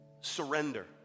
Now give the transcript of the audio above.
surrender